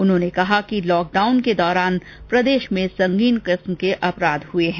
उन्होंने कहा कि लॉकडाउन के दौरान प्रदेश में संगीन किस्म के अपराध हुए हैं